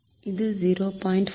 இது 0